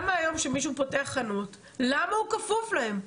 היום כשמישהו פותח חנות, למה הוא כפוף להם?